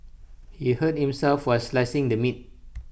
he hurt himself while slicing the meat